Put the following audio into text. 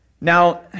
Now